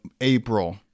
April